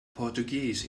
portuguese